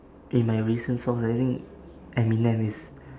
in my recent songs I think eminem is